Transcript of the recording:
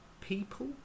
people